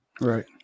Right